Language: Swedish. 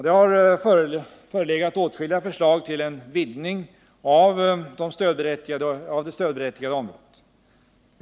Det har förelegat åtskilliga förslag till en vidgning av det stödberättigade området.